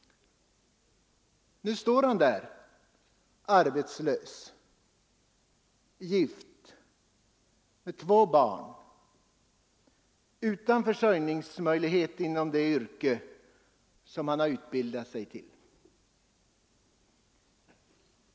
Nu står han där: arbetslös, gift och med två barn, utan försörjningsmöjlighet inom det yrke han utbildat sig för.